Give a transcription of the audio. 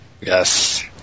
yes